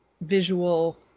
visual